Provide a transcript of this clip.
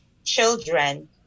children